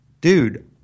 dude